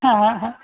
হ্যাঁ হ্যাঁ